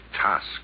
task